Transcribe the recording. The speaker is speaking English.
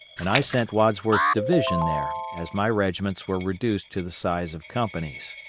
and i sent wadsworth's division there, as my regiments were reduced to the size of companies.